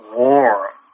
warm